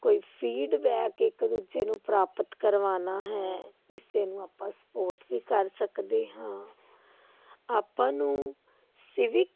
ਕੋਈ ਫੀਡਬੈਕ ਇੱਕ ਦੂਜੇ ਨੂੰ ਪ੍ਰਾਪਤ ਕਰਵਾਉਣਾ ਹੈ ਕਿਸੇ ਨੂੰ ਆਪਾਂ ਸਪੋਰਟ ਵੀ ਕਰ ਸਕਦੇ ਹਾਂ ਆਪਾਂ ਨੂੰ ਸਿਵਿਕ